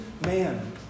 man